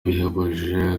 bihebuje